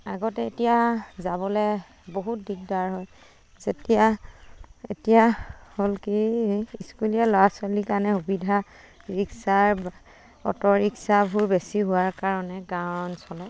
আগতে এতিয়া যাবলৈ বহুত দিগদাৰ হয় যেতিয়া এতিয়া হ'ল কি স্কুলীয়া ল'ৰা ছোৱালীৰ কাৰণে সুবিধা ৰিক্সাৰ অ'টোৰিক্সাবোৰ বেছি হোৱাৰ কাৰণে গাঁও অঞ্চলত